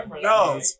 No